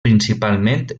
principalment